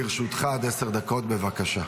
לרשותך עד עשר דקות, בבקשה.